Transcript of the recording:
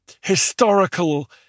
historical